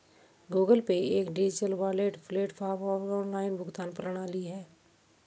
Google Pay एक digital wallet platform और online भुगतान प्रणाली है